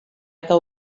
eta